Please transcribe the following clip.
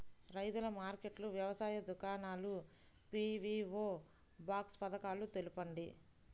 రైతుల మార్కెట్లు, వ్యవసాయ దుకాణాలు, పీ.వీ.ఓ బాక్స్ పథకాలు తెలుపండి?